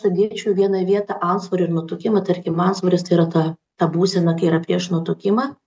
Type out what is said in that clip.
sudėčiau į vieną vietą antsvorį ir nutukimą tarkim antsvoris tai yra ta ta būsena kai yra prieš nutukimą